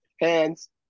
hands